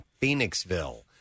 Phoenixville